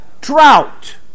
Drought